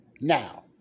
Now